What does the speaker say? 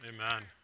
Amen